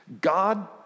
God